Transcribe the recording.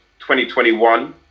2021